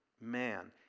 man